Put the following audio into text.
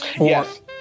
Yes